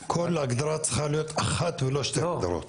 ההגדרה צריכה להיות אחת ולא שתי הגדרות,